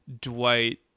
Dwight